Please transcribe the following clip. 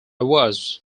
was